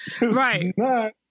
Right